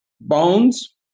bones